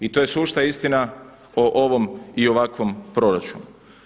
I to je sušta istina o ovom i ovakvom proračunu.